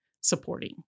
supporting